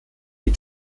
die